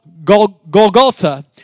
Golgotha